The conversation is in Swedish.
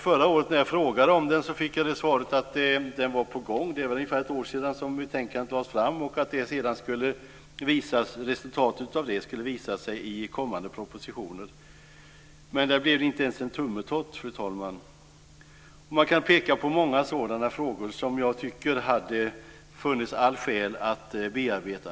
Förra året när jag frågade fick svaret att utredningen var på gång. Det var ungefär ett år sedan som betänkandet lades fram. Resultatet av det skulle visa sig i kommande propositioner. Där blev det inte ens en tummetott, fru talman. Det går att peka på många sådana frågor som det fanns alla skäl att bearbeta.